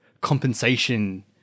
compensation